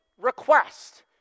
request